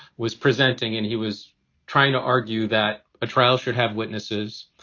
was presenting and he was trying to argue that a trial should have witnesses,